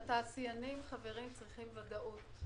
התעשיינים צריכים ודאות,